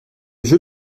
jeu